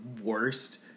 worst